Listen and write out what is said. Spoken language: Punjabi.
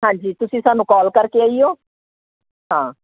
ਹਾਂਜੀ ਤੁਸੀਂ ਸਾਨੂੰ ਕਾਲ ਕਰਕੇ ਆਇਓ ਹਾਂ